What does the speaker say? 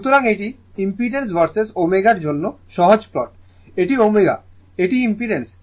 সুতরাং এটি impedance versus ω জন্য সহজ প্লট এটি ω এটি ইম্পিডেন্স